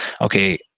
okay